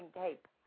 tape